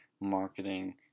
marketing